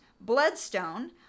Bloodstone